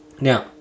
now